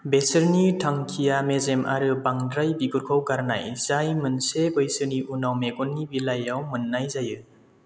बिसोरनि थांखिया मेजेम आरो बांद्राय बिगुरखौ गारनाय जाय मोनसे बैसोनि उनाव मेगननि बिलाइयाव मोन्नाय जायो